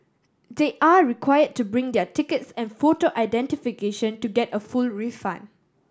they are required to bring their tickets and photo identification to get a full refund